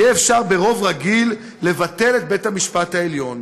יהיה אפשר ברוב רגיל לבטל את בית-המשפט העליון,